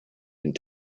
and